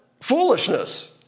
foolishness